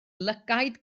lygaid